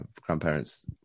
grandparents